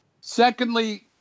Secondly